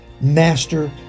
Master